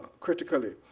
critically.